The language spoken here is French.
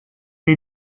les